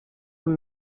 amb